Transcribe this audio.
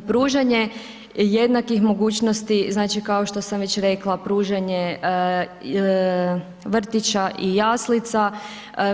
Pružanje jednakih mogućnosti, znači kao što sam već rekla, pružanje vrtića i jaslica